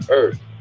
earth